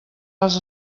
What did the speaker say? les